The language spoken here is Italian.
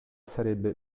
sarebbe